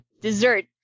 dessert